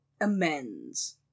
amends